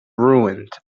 ruined